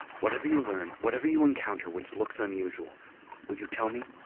whatever you learn whatever you encounter which looks unusual will you tell me?